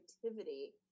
creativity